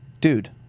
Dude